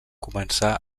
començà